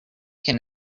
can